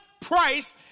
price